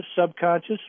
subconscious